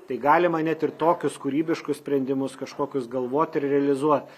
tai galima net ir tokius kūrybiškus sprendimus kažkokius galvot ir realizuot